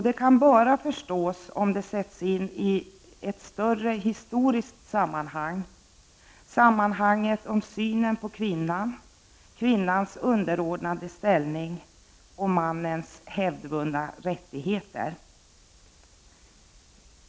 Det kan bara förstås om det sätts in i ett större historiskt sammanhang när det gäller synen på kvinnan — jag tänker på kvinnans underordnade ställning och mannens hävdvunna rättigheter.